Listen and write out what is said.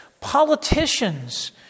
politicians